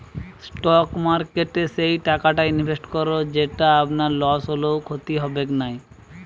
stock মার্কেটে সেই টাকাটা ইনভেস্ট করো যেটো আপনার লস হলেও ক্ষতি হবেক নাই